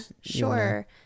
Sure